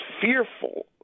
fearful